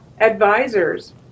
advisors